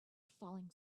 falling